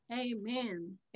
amen